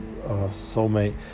soulmate